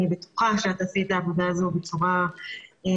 אני בטוחה שאת תעשי את העבודה הזו בצורה נפלאה,